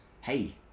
hey